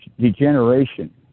degeneration